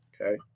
Okay